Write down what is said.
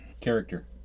character